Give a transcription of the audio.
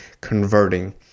converting